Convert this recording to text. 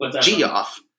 G-off